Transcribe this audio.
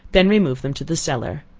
then remove them to the cellar.